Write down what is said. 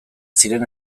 ziren